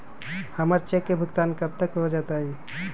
हमर चेक के भुगतान कब तक हो जतई